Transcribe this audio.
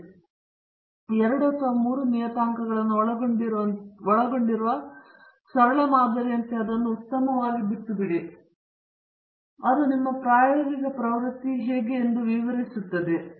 ಆದ್ದರಿಂದ ಎರಡು ಅಥವಾ ಮೂರು ನಿಯತಾಂಕಗಳನ್ನು ಒಳಗೊಂಡಿರುವ ಸರಳ ಮಾದರಿಯಂತೆ ಅದನ್ನು ಉತ್ತಮವಾಗಿ ಬಿಟ್ಟುಬಿಡಿ ಮತ್ತು ಅದು ನಿಮ್ಮ ಪ್ರಾಯೋಗಿಕ ಪ್ರವೃತ್ತಿ ಹೇಗೆ ವಿವರಿಸುತ್ತದೆ ಎಂಬುದನ್ನು ನೋಡಿ